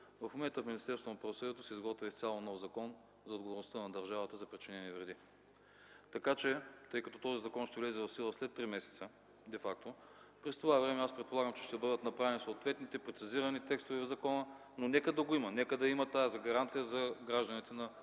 на правосъдието се изготвя изцяло нов Закон за отговорността на държавата за причинени вреди. Тъй като този закон ще влезе в сила след три месеца де факто, през това време предполагам, че ще бъдат направени съответните прецизирани текстове в закона, но нека го има, нека има тази гаранция за гражданите на